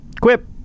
Quip